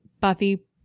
Buffy